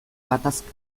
gatazka